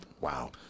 Wow